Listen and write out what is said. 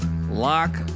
lock